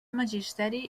magisteri